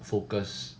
focus